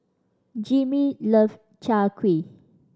Jimmie love Chai Kuih